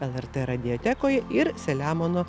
lrt radiotekoj ir selemono